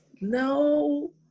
No